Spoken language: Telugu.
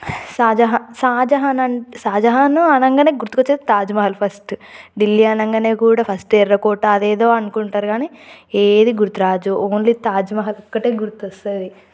షాజహాన్ షాజహాన్ అం షాజహాన్ అనగానే గుర్తుకొచ్చేది తాజ్మహల్ ఫస్ట్ ఢిల్లీ అనగానే కూడా ఫస్ట్ ఎర్రకోట అదేదో అనుకుంటారు కానీ ఏది గుర్తు రాదు ఓన్లీ తాజ్మహల్ ఒక్కటే గుర్తొస్తుంది